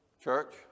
church